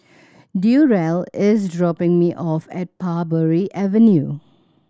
Durrell is dropping me off at Parbury Avenue